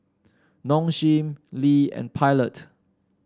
Nong Shim Lee and Pilot